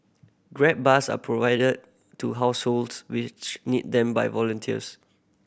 grab bars are provided to households which need them by volunteers